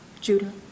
Judah